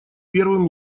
первым